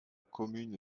commune